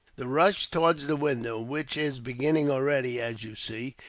the rush towards the window, which is beginning already, as you see,